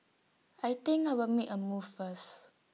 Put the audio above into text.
I think I'll make A move first